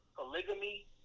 polygamy